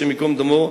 השם ייקום דמו,